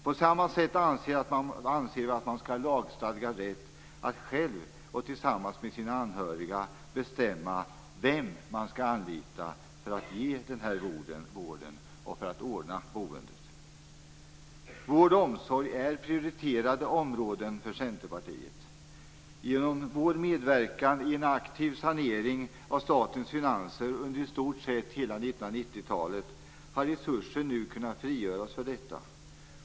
På samma sätt anser vi att man skall ha lagstadgad rätt att själv och tillsammans med sina anhöriga bestämma vem man skall anlita för att ge vård och ordna boendet. Vård och omsorg är prioriterade områden för Centerpartiet. Genom vår medverkan i en aktiv sanering av statens finanser under i stort sett hela 1990 talet har resurser nu kunnat frigöras för detta.